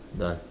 done